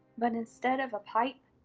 but instead of a pipe,